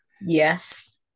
Yes